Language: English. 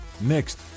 Next